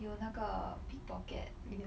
有那个 pickpocket